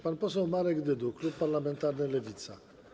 Pan poseł Marek Dyduch, klub parlamentarny Lewica.